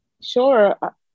Sure